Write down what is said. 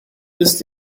ist